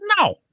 no